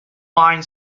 wine